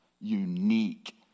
unique